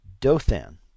Dothan